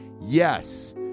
yes